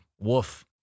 Woof